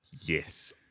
Yes